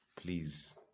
please